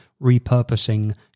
repurposing